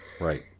Right